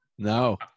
No